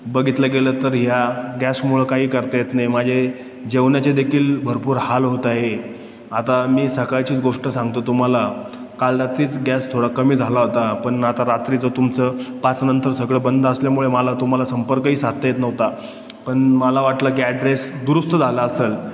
बघितलं गेलं तर ह्या गॅसमुळं काही करता येत नाही माझे जेवणाचे देखील भरपूर हाल होत आहे आता मी सकाळचीच गोष्ट सांगतो तुम्हाला काल रात्रीच गॅस थोडा कमी झाला होता पण आता रात्रीचं तुमचं पाचनंतर सगळं बंद असल्यामुळे मला तुम्हाला संपर्कही साधता येत नव्हता पण मला वाटलं की ॲड्रेस दुरुस्त झाला असंल